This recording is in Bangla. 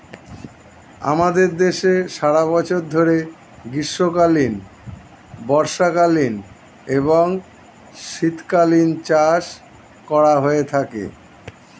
আমাদের দেশে সারা বছর ধরে গ্রীষ্মকালীন, বর্ষাকালীন এবং শীতকালীন চাষ করা হয়ে থাকে